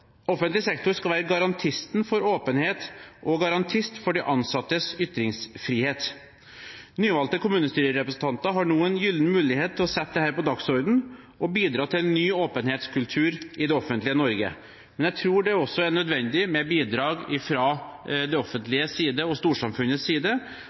Offentlig sektor skal være garantisten for åpenhet og for de ansattes ytringsfrihet. Nyvalgte kommunestyrerepresentanter har nå en gyllen mulighet til å sette dette på dagsordenen og bidra til en ny åpenhetskultur i det offentlige Norge. Men jeg tror det også er nødvendig med bidrag fra det offentliges og storsamfunnets side.